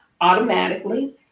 automatically